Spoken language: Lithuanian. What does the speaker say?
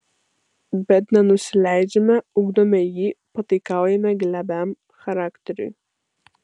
bet nenusileidžiame ugdome jį pataikaujame glebiam charakteriui